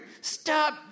Stop